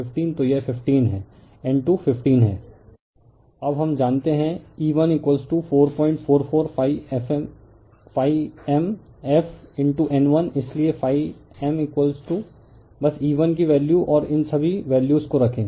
refer slide time 0122 अब हम जानते हैं E1444∅ m fN1 इसलिए m बस E1 की वैल्यू और इन सभी वैल्यूस को रखें